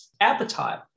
appetite